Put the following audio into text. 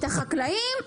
את החקלאים?